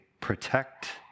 protect